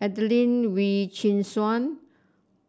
Adelene Wee Chin Suan